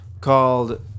called